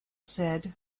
said